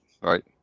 right